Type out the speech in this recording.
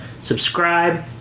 Subscribe